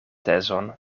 tezon